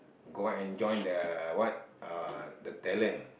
go and enjoy the what uh the talent